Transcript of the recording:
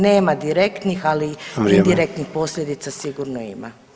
Nema direktnih, ali indirektnih [[Upadica Sanader: Vrijeme.]] posljedica sigurno ima.